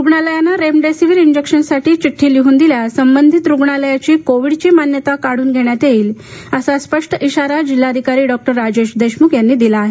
रुग्णालयाने रेमडेसिविर इंजेक्शन्ससाठी चिड्डी लिहून दिल्यास संबंधित रुग्णालयाची कोविडची मान्यता काढून घेण्यात येईल असा स्पष्ट इशारा जिल्हाधिकारी डॉक्टर राजेश देशमुख यांनी दिला आहे